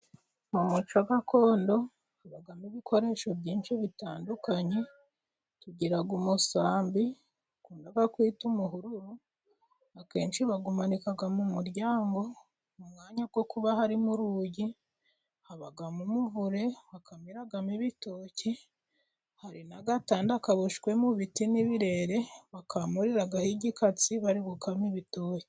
Umuco gakondo ubamo ibikoresho byinshi bitandukanye, tugira umusambi bakunda bakwita umuhururu, akenshi bawumanika mu muryango, kubera ko haba harimo urugi, habamo umuvure bakamiramo ibitoki, hari n'agatanda kaboshwemo ibiti n'ibirere bakamuriraho igikatsi bari gukama ibitoki.